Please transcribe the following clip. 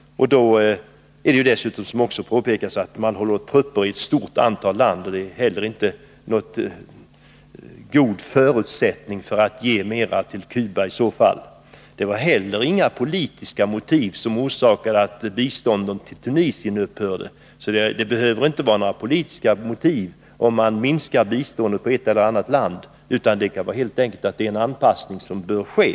Det har också beträffande Cuba påpekats att landet håller trupper i ett stort antal stater, vilket inte heller är en god förutsättning för att vi skall bevilja ytterligare bistånd. Det var heller inga politiska motiv som låg bakom det förhållandet att biståndet till Tunisen upphörde. Det behöver inte vara några politiska motiv bakom att biståndet till något visst land upphör, utan det kan helt enkelt vara fråga om en anpassning som bör ske.